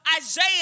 Isaiah